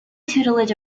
tutelage